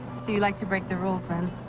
so you like to break the rules, then?